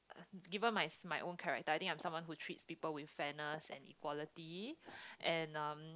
uh given my my own character I think I'm someone who treats people with fairness and equality and um